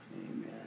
amen